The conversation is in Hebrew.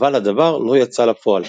אבל הדבר לא יצא לפועל.